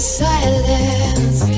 silence